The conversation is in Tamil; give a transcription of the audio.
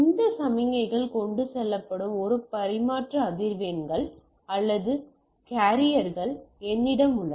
இந்த சமிக்ஞைகள் கொண்டு செல்லப்படும் பல பரிமாற்ற அதிர்வெண்கள் அல்லது கேரியர்கள் என்னிடம் உள்ளன